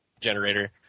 generator